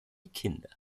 kinder